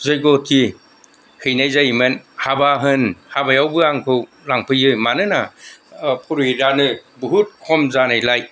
जग्यहति हैनाय जायोमोन हाबा होन हाबायावबो आंखौ लांफैयो मानोना पुरुहितानो बहुद खम जानायलाय